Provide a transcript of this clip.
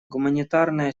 гуманитарная